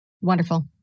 Wonderful